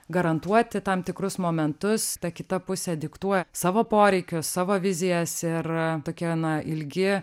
garantuoti tam tikrus momentus ta kita pusė diktuoja savo poreikius savo vizijas ir tokie na ilgi